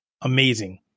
amazing